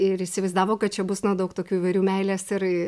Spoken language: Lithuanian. ir įsivaizdavo kad čia bus na daug tokių įvairių meilės ir